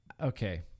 Okay